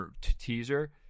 teaser